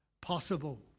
possible